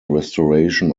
restoration